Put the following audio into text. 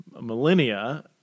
millennia